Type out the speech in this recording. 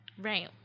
Right